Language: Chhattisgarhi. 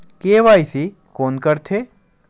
के.वाई.सी कोन करथे?